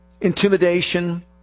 Intimidation